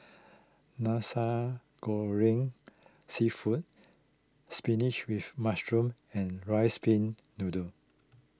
Nasi Goreng Seafood Spinach with Mushroom and Rice Pin Noodles